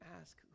ask